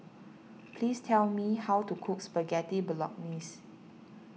please tell me how to cook Spaghetti Bolognese